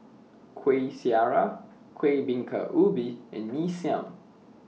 Kuih Syara Kuih Bingka Ubi and Mee Siam